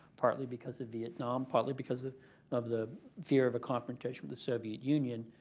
partly because of vietnam, partly because of of the fear of a confrontation with the soviet union,